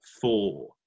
four